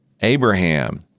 Abraham